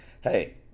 Hey